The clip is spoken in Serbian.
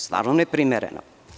Stvarno je neprimereno.